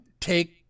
take